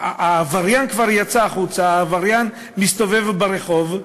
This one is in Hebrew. שהעבריין כבר יצא החוצה, העבריין מסתובב ברחוב,